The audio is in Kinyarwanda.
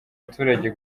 abaturage